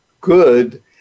good